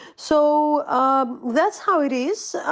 so um that's how it is.